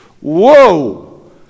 whoa